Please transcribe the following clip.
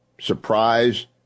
surprise